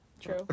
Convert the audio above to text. True